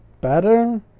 better